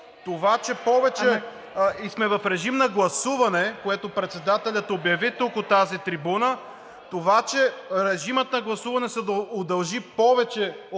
16,00 ч. и сме в режим на гласуване, което председателят обяви тук, от тази трибуна. Това че режимът на гласуване се удължи повече